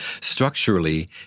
Structurally